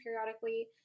periodically